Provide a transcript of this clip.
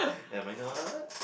am I not